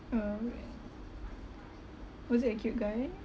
oh right was it a cute guy